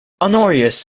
honorius